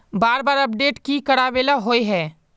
बार बार अपडेट की कराबेला होय है?